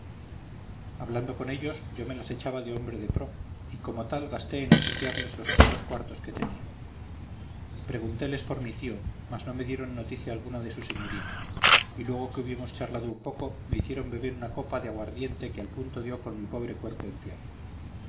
hablando con ellos yo me las echaba de hombre de pro y como tal gasté en obsequiarles los pocos cuartos que tenía preguntéles por mi tío mas no me dieron noticia alguna de su señoría y luego que hubimos charlado un poco me hicieron beber una copa de aguardiente que al punto dio con mi pobre cuerpo en tierra